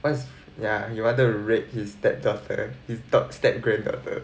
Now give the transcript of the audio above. because yeah he wanted to rape his stepdaughter his third step-granddaughter